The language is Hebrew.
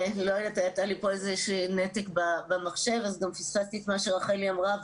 לא יודעת היה לי פה נתק במחשב אז פספסתי גם את מה שרחלי אמרה.